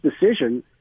decision